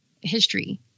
history